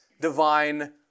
divine